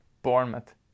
Bournemouth